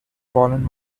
fallen